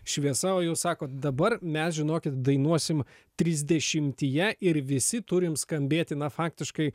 šviesa o jūs sakot dabar mes žinokit dainuosim trisdešimtyje ir visi turim skambėti na faktiškai